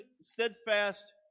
steadfast